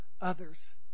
others